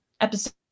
episode